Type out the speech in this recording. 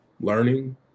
learning